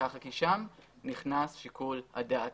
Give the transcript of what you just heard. כי שם נכנס שיקול הדעת.